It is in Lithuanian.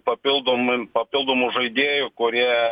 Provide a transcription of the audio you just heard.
papildomai papildomų žaidėjų kurie